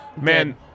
Man